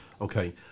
Okay